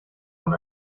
von